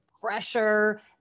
pressure